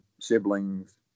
siblings